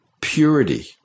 purity